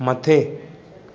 मथे